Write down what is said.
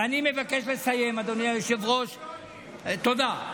ואני מבקש לסיים, אדוני היושב-ראש, תודה.